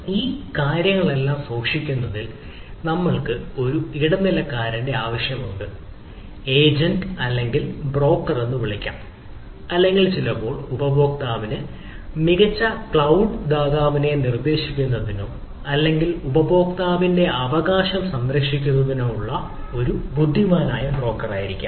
ഈ കാര്യങ്ങളെല്ലാം സൂക്ഷിക്കുന്നതിൽ നമ്മൾക്ക് ഒരു ഇടനിലക്കാരന്റെ ആവശ്യമുണ്ട് ഏജന്റ് അല്ലെങ്കിൽ ബ്രോക്കർ എന്ന് വിളിക്കാം അല്ലെങ്കിൽ ചിലപ്പോൾ ഉപഭോക്താവിന് മികച്ച ക്ലൌഡ് ദാതാവിനെ നിർദ്ദേശിക്കുന്നതിനോ അല്ലെങ്കിൽ ഉപഭോക്താവിന്റെ അവകാശം സംരക്ഷിക്കുന്നതിനോ ഉള്ള ഒരു ബുദ്ധിമാനായ ബ്രോക്കറായിരിക്കാം